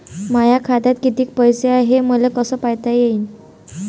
माया खात्यात कितीक पैसे हाय, हे मले कस पायता येईन?